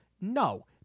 No